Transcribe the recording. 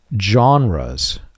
genres